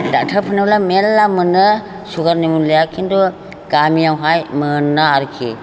ड'क्टारफोरनावब्ला मेरला मोनो सुगारनि मुलिया खिन्थु गामियावहाय मोना आरोखि